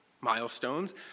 milestones